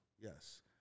yes